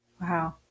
Wow